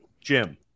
Jim